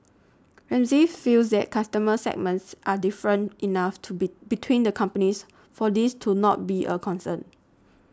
Ramsay feels that customer segments are different enough to be between the companies for this to not be a concern